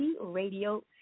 radio